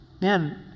man